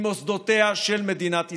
ממוסדותיה של מדינת ישראל.